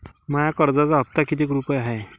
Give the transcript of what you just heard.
माया कर्जाचा हप्ता कितीक रुपये हाय?